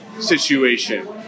situation